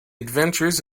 adventures